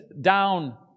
down